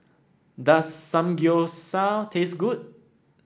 does Samgyeopsal taste good